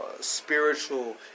spiritual